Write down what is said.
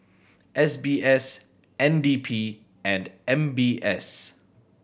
S B S N D P and M B S